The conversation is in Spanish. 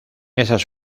esas